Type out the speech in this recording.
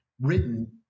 written